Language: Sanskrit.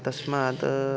तस्मात्